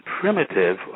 primitive